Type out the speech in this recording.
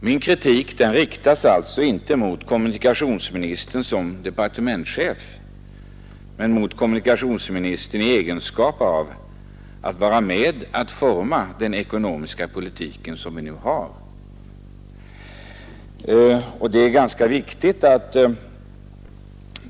Min kritik riktas inte mot kommunikationsministern som departementschef utan mot kommunikationsministern i egenskap av en som är med och formar den ekonomiska politik som nu förs.